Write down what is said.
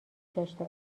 داشته